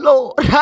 Lord